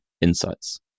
Insights